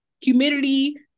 Humidity